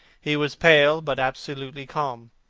he was pale, but absolutely calm.